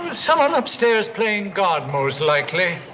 someone upstairs playing god, most likely.